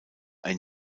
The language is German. ein